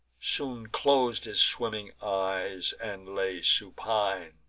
soon clos'd his swimming eyes, and lay supine.